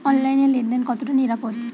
অনলাইনে লেন দেন কতটা নিরাপদ?